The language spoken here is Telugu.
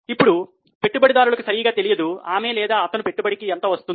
ఇప్పుడు పెట్టుబడిదారులకు సరిగా తెలియదు ఆమె లేదా అతని పెట్టుబడికి ఎంత వస్తుందో